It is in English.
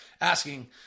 asking